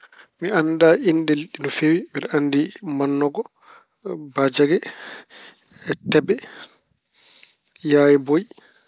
Mi annda innde liɗɗi no feewi. Mbeɗe anndi: mannogo, baajege, tebe, yaayeboyi.